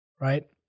right